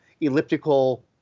elliptical